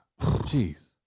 Jeez